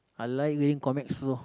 I like reading comics lor